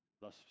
Thus